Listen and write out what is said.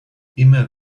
immer